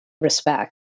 respect